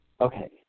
Okay